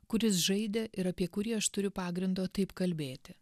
kuris žaidė ir apie kurį aš turiu pagrindo taip kalbėti